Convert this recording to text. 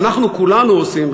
ואנחנו כולנו עושים,